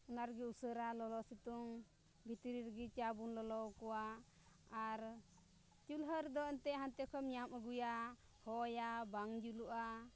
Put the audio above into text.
ᱚᱱᱟ ᱨᱮᱜᱮ ᱩᱥᱟᱹᱨᱟ ᱞᱚᱞᱚ ᱥᱤᱛᱩᱝ ᱵᱷᱤᱛᱨᱤ ᱨᱮᱜᱮ ᱪᱟ ᱵᱚᱱ ᱞᱚᱞᱚᱣ ᱠᱚᱣᱟ ᱟᱨ ᱪᱩᱞᱦᱟᱹ ᱨᱮᱫᱚ ᱮᱱᱛᱮᱫ ᱦᱟᱱᱛᱮ ᱠᱷᱚᱱᱮᱢ ᱧᱟᱢ ᱟᱹᱜᱩᱭᱟ ᱦᱚᱭᱟ ᱵᱟᱝ ᱡᱩᱞᱩᱜᱼᱟ